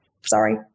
Sorry